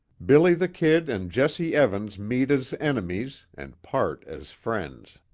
billy the kid and jesse evans meet as enemies and part as friends.